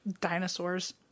Dinosaurs